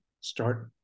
start